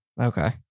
Okay